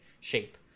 shape